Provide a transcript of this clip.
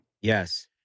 Yes